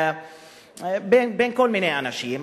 בין כל מיני אנשים,